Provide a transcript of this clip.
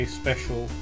special